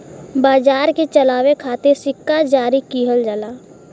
बाजार के चलावे खातिर सिक्का जारी किहल जाला